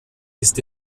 ist